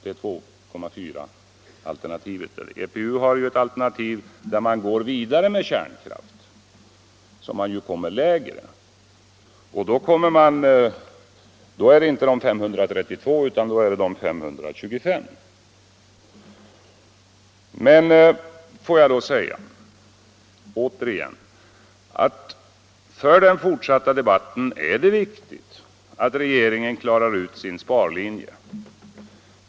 EPU har ett annat alternativ med kärnkraft där man hamnar på ett lägre tal — inte 532 utan 525 TWh. Får jag upprepa att det för den fortsatta debatten är viktigt att regeringen klarar ut sin sparlinje.